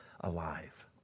alive